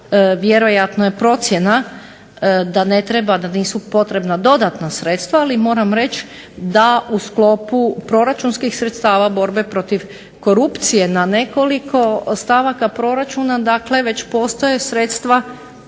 vjerojatno je procjena da ne treba, da nisu potrebna dodatna sredstva ali moram reći da u sklopu proračunskih sredstava borbe protiv korupcije na nekoliko stavaka proračuna već postoje sredstva